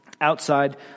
outside